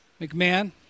McMahon